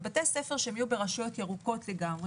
בבתי הספר שיהיו ברשויות ירוקות לגמרי,